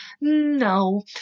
no